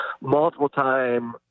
multiple-time